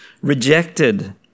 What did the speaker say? rejected